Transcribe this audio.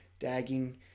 dagging